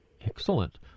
Excellent